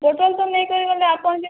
ବୋଟଲ୍ଟା ନେଇକି ଗଲେ ଆପଣ ବି